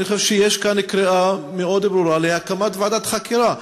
אני חושב שיש כאן קריאה מאוד ברורה להקמת ועדת חקירה,